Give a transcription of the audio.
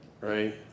right